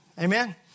Amen